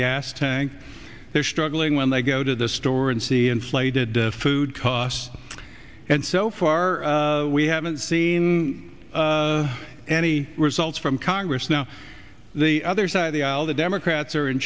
gas tank they're struggling when they go to the store and see inflated food costs and so far we haven't seen any results from congress now the other side of the aisle the democrats are in